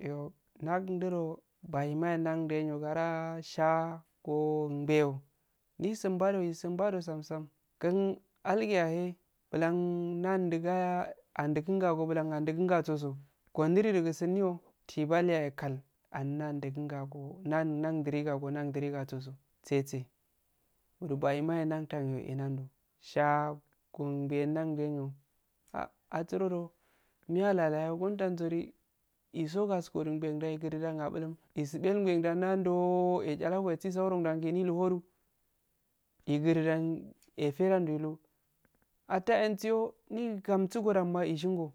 Iyo naknduo baimaye nandenyo garaa shaa goo humbeyo ndisum bado isumm bado samsam kun alguyahee blan nanduga adunkunga go bulan adunkunga soso gondri susinnio tibal yahekal anna dukunga ko nan nandukagako nandrigatoso tete shaa ko humbeyo nandenyo ha asuroyega isibelayi nandoo ejajagoye tiso horongla ndide horun igiridan efedan ndu atta ensiyo indi gamsu godan ma ishingo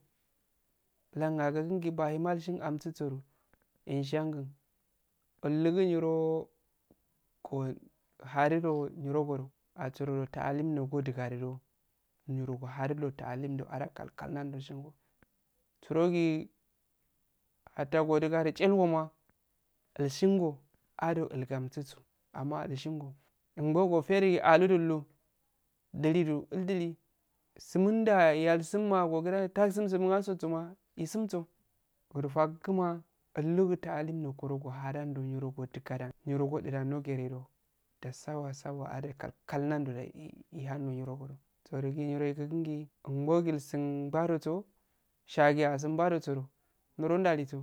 lang a gungi baheme ushin amsu soro eshangu illugu nyiroo ko haduro myirogo asurodo faalim nogo dugadudo nyiro go hadudo taalim do ada kalkal namdo shingo surgi hatta godugade ilshingo ado ilgamsuso amma adushingo mbo. ko fedugi aludu illu dilidu ildili suman da iya isumma gogudah talsummsumlma summa wure faguma ullugu taalim nogoro gohadan nyiro gu gudugadan nyirogo odudan no garedo dasawa sawa adu kal kal ihanno yorogodo mbo gu ilsum baroso shageya asumbaro soro ndoro ndaluso